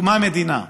הוקמה מדינה,